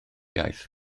iaith